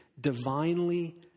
divinely